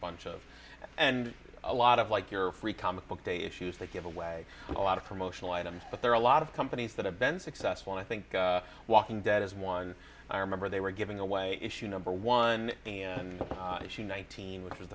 bunch of and a lot of like your free comic book day issues that give away a lot of promotional items but there are a lot of companies that have been successful i think walking dead is one i remember they were giving away issue number one issue nineteen which was